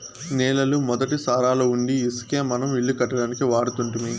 నేలల మొదటి సారాలవుండీ ఇసకే మనం ఇల్లు కట్టడానికి వాడుతుంటిమి